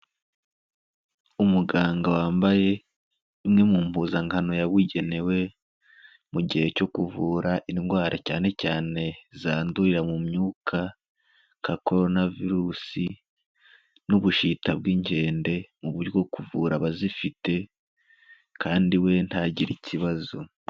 Umuganga wambaye imwe mu mpuzankano yabugenewe, mu gihe cyo kuvura indwara cyane cyane zandurira mu myuka nka Corona virusi n'ubushita bw'inkende, mu buryo kuvura abazifite kandi we ntagire ikibazo.